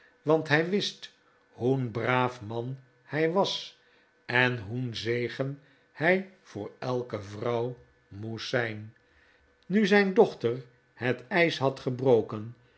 want hij wist hoe'n braaf man hij was en hoe'n zegen hij voor elke vrouw moest zijn nu zijn dochter het ijs had gebroken